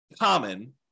common